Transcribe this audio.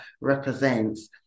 represents